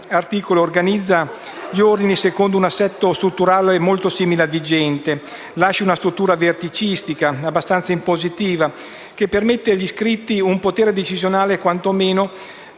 articolo organizza gli Ordini secondo un assetto strutturale molto simile al vigente. Nasce una struttura verticistica abbastanza impositiva, che permette agli iscritti un potere decisionale quantomeno